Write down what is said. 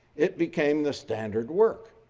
it became the standard work.